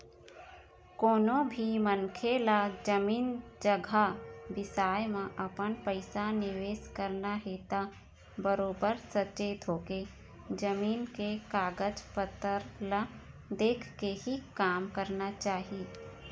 कोनो भी मनखे ल जमीन जघा बिसाए म अपन पइसा निवेस करना हे त बरोबर सचेत होके, जमीन के कागज पतर ल देखके ही काम करना चाही